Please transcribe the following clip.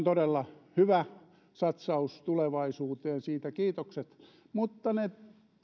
todella hyvä satsaus tulevaisuuteen siitä kiitokset mutta ne